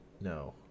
No